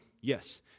Yes